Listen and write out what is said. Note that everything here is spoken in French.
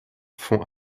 font